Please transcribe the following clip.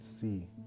see